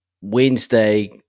Wednesday